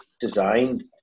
designed